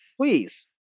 Please